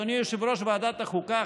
אדוני יושב-ראש ועדת החוקה,